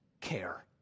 care